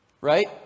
right